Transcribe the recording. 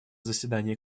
заседания